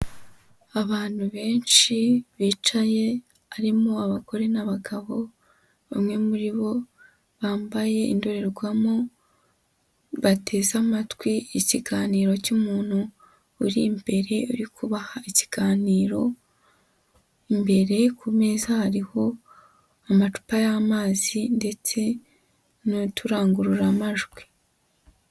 Abantu benshi bicaye harimo abagore n'abagabo, bamwe muri bo bambaye indorerwamo, bateze amatwi ikiganiro cy'umuntu uri imbere uri kubaha ikiganiro, imbere ku meza hariho amacupa y'amazi ndetse n'uturangururamajwi.